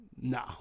No